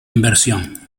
inversión